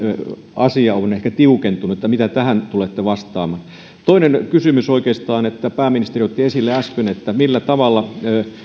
asia on ehkä tiukentunut mitä tähän tulette vastaamaan toinen kysymys oikeastaan kun pääministeri otti esille äsken millä tavalla